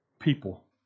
people